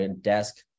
desk